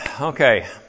okay